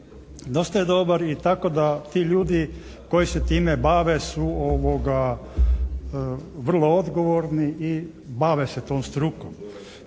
Dosta je dobar i tako da ti ljudi koji se time bave su vrlo odgovorni i bave se tom strukom.